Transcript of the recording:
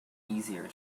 easier